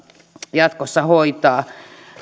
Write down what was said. jatkossa hoitaa